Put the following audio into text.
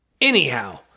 anyhow